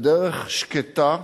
בדרך שקטה,